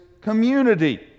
community